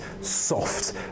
soft